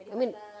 I mean